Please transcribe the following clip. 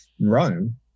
Rome